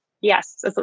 Yes